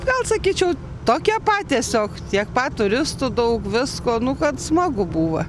gal sakyčiau tokie pat tiesiog tiek pat turistų daug visko nu kad smagu būva